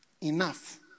enough